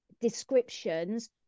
descriptions